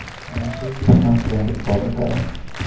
بہٕ نا سے چھُس کانٛہہ ٹرٛٮ۪نٛڈ فالو کَران